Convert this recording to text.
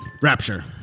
Rapture